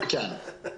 כן.